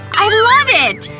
i love it!